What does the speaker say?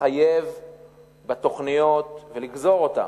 לחייב בתוכניות ולגזור אותן,